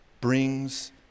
brings